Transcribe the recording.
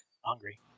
hungry